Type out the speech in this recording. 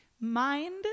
mind